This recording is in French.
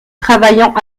travaillant